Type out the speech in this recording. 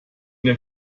der